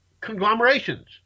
conglomerations